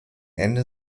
ende